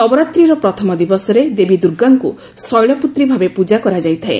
ନବରାତ୍ରିର ପ୍ରଥମ ଦିବସରେ ଦେବୀ ଦୁର୍ଗାଙ୍କୁ ଶୈଳପୁତ୍ରୀ ଭାବେ ପୂଜା କରାଯାଇଥାଏ